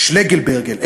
שלגלברגר,